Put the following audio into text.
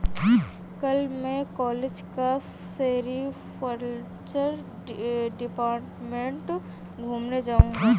कल मैं कॉलेज का सेरीकल्चर डिपार्टमेंट घूमने जाऊंगा